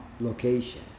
location